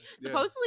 Supposedly